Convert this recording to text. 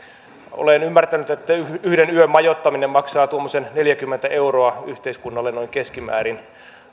olen ymmärtänyt että yhden yön majoittaminen maksaa tuommoisen neljäkymmentä euroa yhteiskunnalle noin keskimäärin